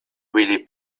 really